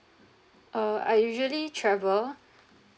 uh I usually travel